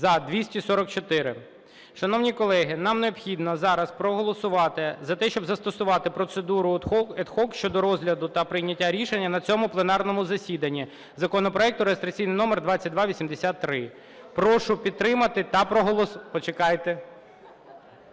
За-244 Шановні колеги, нам необхідно зараз проголосувати за те, щоб застосувати процедуру ad hoc щодо розгляду та прийняття рішення на цьому пленарному засіданні законопроекту реєстраційний номер 2283. Прошу підтримати та проголосувати.